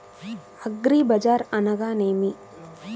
అగ్రిబజార్ అనగా నేమి?